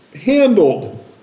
handled